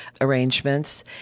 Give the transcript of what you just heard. arrangements